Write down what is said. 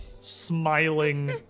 smiling